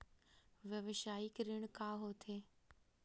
व्यवसायिक ऋण का होथे?